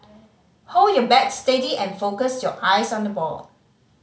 hold your bat steady and focus your eyes on the ball